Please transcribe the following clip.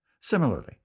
Similarly